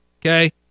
Okay